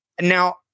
now